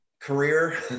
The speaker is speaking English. career